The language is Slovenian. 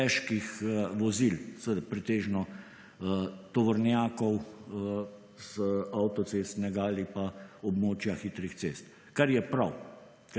težkih vozil, z pretežno, tovornjakov, z avtocestnega ali pa območja hitrih cest, kar je prav,